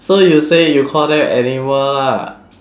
so you say you call them animal lah